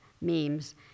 memes